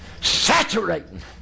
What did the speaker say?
saturating